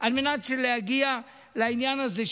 על מנת להגיע לעניין הזה.